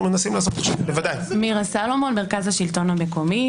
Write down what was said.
אני ממרכז השלטון המקומי.